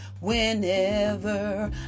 Whenever